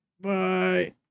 Bye